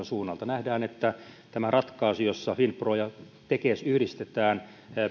suunnalta nähdään että tämä ratkaisu jossa finpro ja tekes yhdistetään